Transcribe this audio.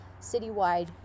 citywide